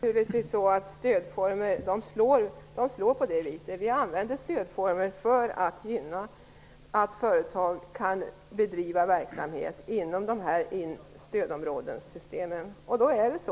Fru talman! Stödformer slår naturligtvis på det viset. Vi använder stödformer för att gynna företag som bedriver verksamhet inom stödområdena, och då blir det så.